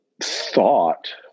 thought